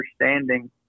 understanding